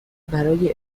برای